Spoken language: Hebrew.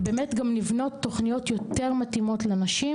ובאמת גם לבנות תוכניות יותר מתאימות לנשים,